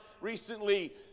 recently